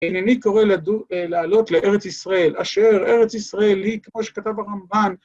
אינני קורא לעלות לארץ ישראל, אשר ארץ ישראל היא, כמו שכתב הרמב"ן,